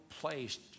placed